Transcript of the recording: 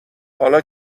حالا